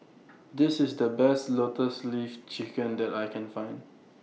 This IS The Best Lotus Leaf Chicken that I Can Find